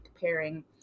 pairing